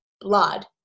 blood